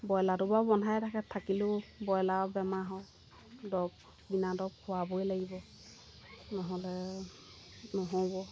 ব্ৰইলাৰটো বাৰু বন্ধাই থাকে থাকিলেও ব্ৰইলাৰৰ বেমাৰ হয় দৰৱ কিনা দৰৱ খোৱাবই লাগিব নহ'লে নহ'ব